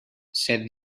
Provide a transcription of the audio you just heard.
said